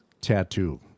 tattoo